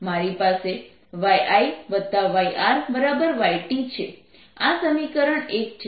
મારી પાસે yIyRyT છે આ સમીકરણ 1 છે